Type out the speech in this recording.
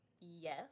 Yes